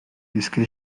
visqué